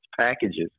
packages